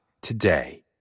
today